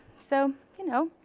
so you know,